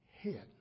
head